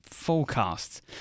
forecasts